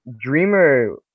Dreamer